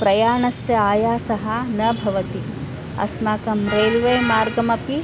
प्रयाणस्य आयासः न भवति अस्माकं रेल्वे मार्गमपि